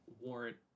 warrant